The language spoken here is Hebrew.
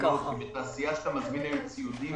בתעשייה כאשר אתה מזמין ציוד,